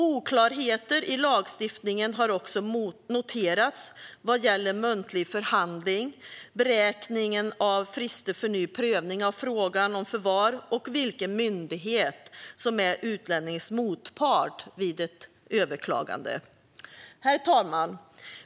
Oklarheter i lagstiftningen har också noterats vad gäller muntlig förhandling, beräkningen av frister för ny prövning av frågan om förvar och vilken myndighet som är utlänningens motpart vid ett överklagande. Herr talman!